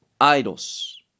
idols